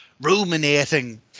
ruminating